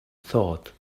thought